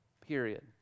period